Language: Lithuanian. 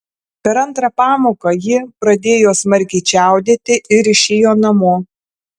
per antrą pamoką ji pradėjo smarkiai čiaudėti ir išėjo namo